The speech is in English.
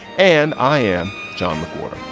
and i am john mcwhorter